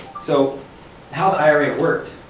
so how the ira worked